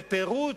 בפירוד,